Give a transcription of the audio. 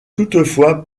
toutefois